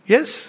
Yes